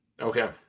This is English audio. Okay